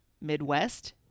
Midwest